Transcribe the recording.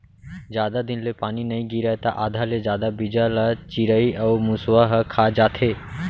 जादा दिन ले पानी नइ गिरय त आधा ले जादा बीजा ल चिरई अउ मूसवा ह खा जाथे